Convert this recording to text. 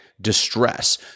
distress